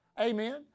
Amen